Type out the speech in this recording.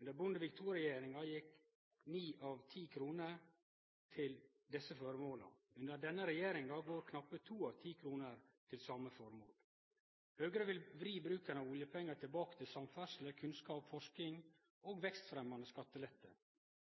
Under Bondevik II-regjeringa gjekk ni av ti kroner til desse føremåla. Under denne regjeringa går knappe to av ti kroner til same føremål. Høgre vil vri bruken av oljepengar tilbake til samferdsle, kunnskap, forsking og vekstfremjande skattelette.